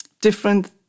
different